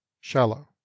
shallow